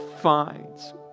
finds